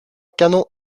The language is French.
canon